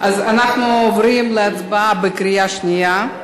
אז אנחנו עוברים להצבעה בקריאה שנייה.